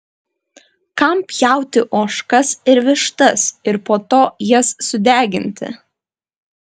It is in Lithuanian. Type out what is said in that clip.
kam pjauti ožkas ir vištas ir po to jas sudeginti